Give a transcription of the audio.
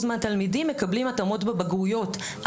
מהתלמידים מקבלים התאמות בבגרויות,